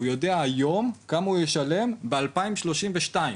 הוא יודע היום כמה הוא ישלם בשנת 2032,